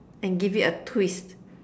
and give it a twist